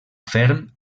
ferm